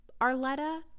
Arletta